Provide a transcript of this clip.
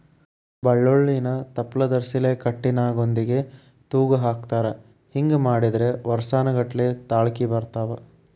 ಬಳ್ಳೋಳ್ಳಿನ ತಪ್ಲದರ್ಸಿಲೆ ಕಟ್ಟಿ ನಾಗೊಂದಿಗೆ ತೂಗಹಾಕತಾರ ಹಿಂಗ ಮಾಡಿದ್ರ ವರ್ಸಾನಗಟ್ಲೆ ತಾಳ್ಕಿ ಬರ್ತಾವ